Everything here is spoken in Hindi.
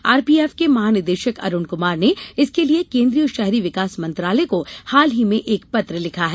आरपीएफ के महानिदेशक अरुण कुमार ने इसके लिए केन्द्रीय शहरी विकास मंत्रालय को हाल ही में एक पत्र लिखा है